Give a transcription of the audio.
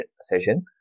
session